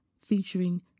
featuring